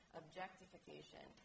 objectification